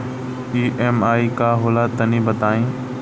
EMI का होला तनि बताई?